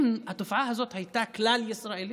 אם התופעה הזאת הייתה כלל-ישראלית,